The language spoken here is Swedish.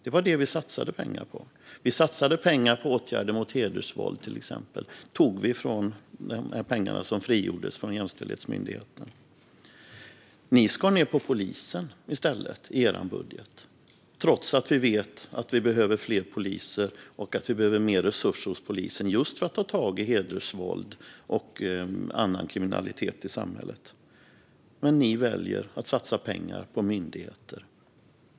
Det var det som vi satsade pengar på. Vi satsade pengar på åtgärder mot till exempel hedersvåld. Vi tog pengar som frigjordes från Jämställdhetsmyndigheten. Ni skar ned på polisen i stället i er budget, trots att vi vet att vi behöver fler poliser och att vi behöver mer resurser hos polisen just för att ta tag i hedersvåld och annan kriminalitet i samhället. Men ni väljer att satsa pengar på myndigheter.